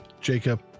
Jacob